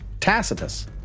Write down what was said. Tacitus